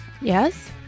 Yes